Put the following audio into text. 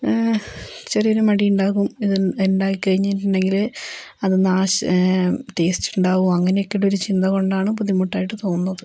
ചെറിയൊരു മടിയുണ്ടാകും ഇത് ഉണ്ടായി കഴിഞ്ഞിട്ടുണ്ടെങ്കിൽ അത് ടേസ്റ്റ് ഉണ്ടാകുമോ അങ്ങനെയൊക്കെ ഉള്ളൊരു ചിന്ത കൊണ്ടാണ് ബുദ്ധിമുട്ടായിട്ട് തോന്നുന്നത്